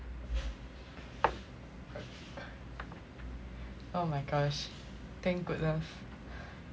oh my gosh thank goodness